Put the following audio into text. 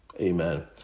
Amen